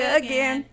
again